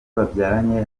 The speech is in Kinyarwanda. babyaranye